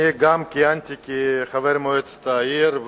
אני גם כיהנתי כחבר מועצת העיר,